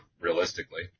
realistically